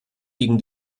gegen